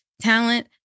talent